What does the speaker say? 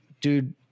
dude